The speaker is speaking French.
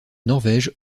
norvège